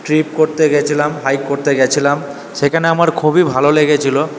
trip করতে গেছিলাম hike করতে গেছিলাম সেখানে আমার খুবই ভালো লেগেছিলো